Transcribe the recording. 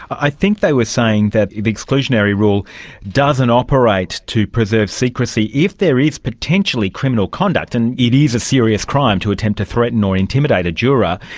i think they were saying that the exclusionary rule doesn't operate to preserve secrecy if there is potentially criminal conduct, and it is a serious crime to attempt to threaten or intimidate a juror,